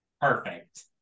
Perfect